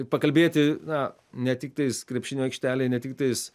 pakalbėti na ne tiktais krepšinio aikštelėj ne tiktais